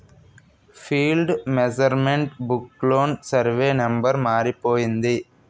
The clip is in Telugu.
ఫీల్డ్ మెసరమెంట్ బుక్ లోన సరివే నెంబరు మారిపోయింది